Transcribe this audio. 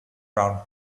round